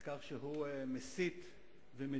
על כך שהוא מסית ומדיח,